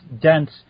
dense